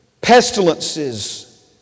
pestilences